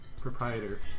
Proprietor